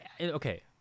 okay